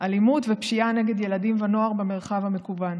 אלימות ופשיעה נגד ילדים ונוער במרחב המקוון.